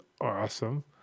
awesome